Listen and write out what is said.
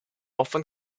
often